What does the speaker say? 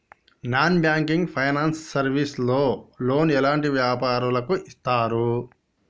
Non banking finance service లో loan ఎలాంటి వ్యాపారులకు ఇస్తరు?